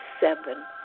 seven